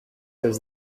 does